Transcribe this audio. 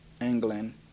England